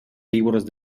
libros